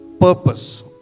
purpose